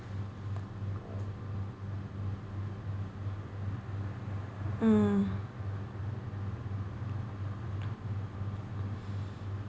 mm